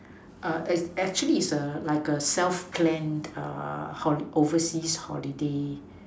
err actually it's a like a self planned err overseas holiday